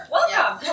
Welcome